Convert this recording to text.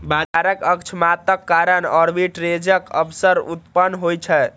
बाजारक अक्षमताक कारण आर्बिट्रेजक अवसर उत्पन्न होइ छै